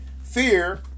Fear